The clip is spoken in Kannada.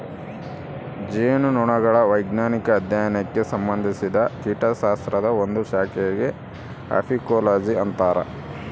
ಜೇನುನೊಣಗಳ ವೈಜ್ಞಾನಿಕ ಅಧ್ಯಯನಕ್ಕೆ ಸಂಭಂದಿಸಿದ ಕೀಟಶಾಸ್ತ್ರದ ಒಂದು ಶಾಖೆಗೆ ಅಫೀಕೋಲಜಿ ಅಂತರ